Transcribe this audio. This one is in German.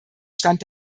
stand